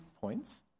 points